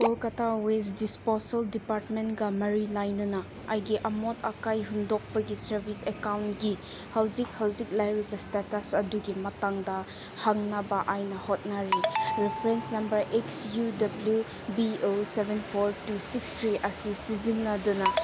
Kolkata waste disposal ꯗꯤꯄꯥꯔꯠꯃꯦꯟꯒ ꯃꯔꯤ ꯂꯩꯅꯅ ꯑꯩꯒꯤ ꯑꯃꯣꯠ ꯑꯀꯥꯏ ꯍꯨꯟꯗꯣꯛꯄꯒꯤ ꯁꯥꯔꯕꯤꯁ ꯑꯦꯛꯀꯥꯎꯟꯒꯤ ꯍꯧꯖꯤꯛ ꯍꯧꯖꯤꯛ ꯂꯩꯔꯤꯕ ꯏꯁꯇꯦꯇꯁ ꯑꯗꯨꯒꯤ ꯃꯇꯥꯡꯗ ꯍꯪꯅꯕ ꯑꯩꯅ ꯍꯣꯠꯅꯔꯤ reference number S U W B O seven four two six three ꯑꯁꯤ ꯁꯤꯖꯤꯟꯅꯗꯨꯅ